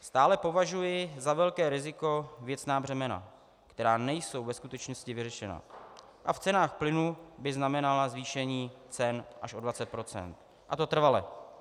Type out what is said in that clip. Stále považuji za velké riziko věcná břemena, která nejsou ve skutečnosti vyřešena a v cenách plynu by znamenala zvýšení cen až o 20 %, a to trvale.